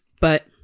But-